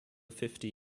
fifty